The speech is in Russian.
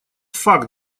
факт